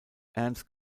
ernst